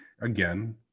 again